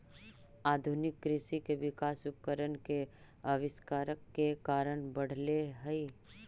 आधुनिक कृषि के विकास उपकरण के आविष्कार के कारण बढ़ले हई